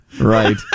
right